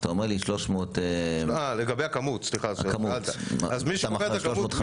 כשאתה אומר 300 --- לגבי הכמות מי שקובע